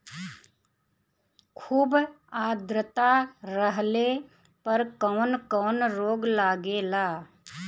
खुब आद्रता रहले पर कौन कौन रोग लागेला?